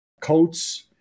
coats